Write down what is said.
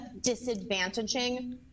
disadvantaging—